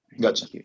Gotcha